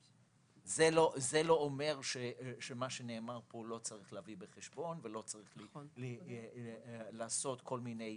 זה לא אומר שמה שנאמר כאן לא צריך להביא בחשבון ולא צריך לעשות כל מיני